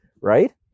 right